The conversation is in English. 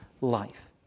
life